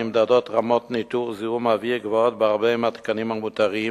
נמדדות רמות זיהום אוויר גבוהות בהרבה מהתקנים המותרים,